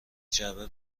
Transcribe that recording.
جعبه